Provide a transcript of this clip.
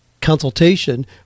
consultation